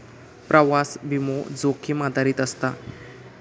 प्रवास विमो, जोखीम आधारित असता